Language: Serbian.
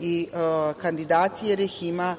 i kandidati, jer ih ima